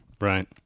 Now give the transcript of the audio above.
Right